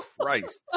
Christ